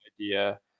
idea